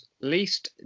least